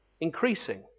increasing